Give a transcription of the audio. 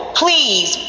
please